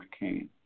McCain